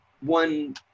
one